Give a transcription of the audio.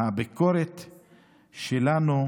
והביקורת שלנו,